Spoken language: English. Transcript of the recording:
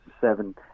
seven